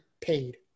paid